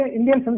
Indian